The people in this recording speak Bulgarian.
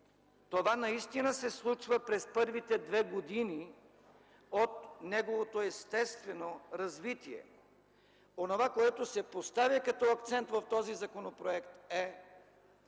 това наистина се случва през първите две години от неговото естествено развитие. Онова, което се поставя като акцент в този законопроект, е